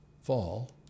fall